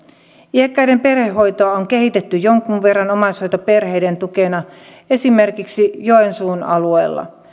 iäkkäiden perhehoitoa on kehitetty jonkun verran omaishoitoperheiden tukena esimerkiksi joensuun alueella